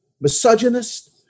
misogynist